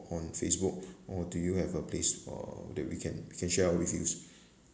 on Facebook or do you have a place uh that we can can share our reviews